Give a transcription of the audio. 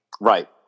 Right